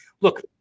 look